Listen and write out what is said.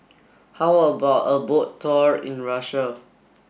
how about a boat tour in Russia